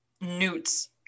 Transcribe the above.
Newt's